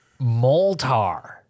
Moltar